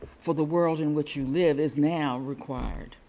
for the world in which you live is now required.